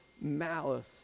malice